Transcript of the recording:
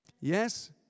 Yes